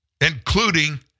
including